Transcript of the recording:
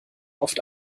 oft